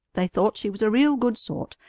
they thought she was a real good sort,